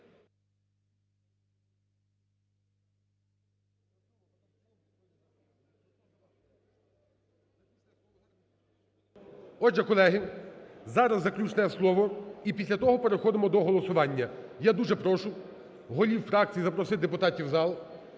Отже, колеги, зараз заключне слово і після того переходимо до голосування. Я дуже прошу голів фракцій запросити депутатів в зал.